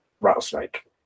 rattlesnake